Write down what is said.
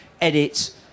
edit